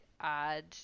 add